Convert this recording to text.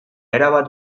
erabat